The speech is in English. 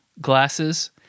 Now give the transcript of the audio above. glasses